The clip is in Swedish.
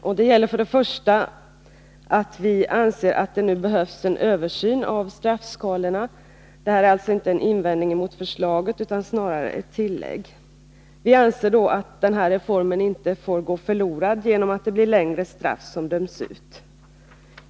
Vi anser till att börja med att det nu behövs en översyn av straffskalorna — detta är inte någon invändning mot förslaget utan snarare ett tillägg — så att inte denna reform går förlorad genom att längre straff döms ut.